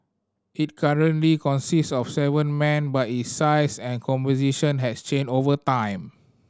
it currently consist of seven men but its size and composition has changed over time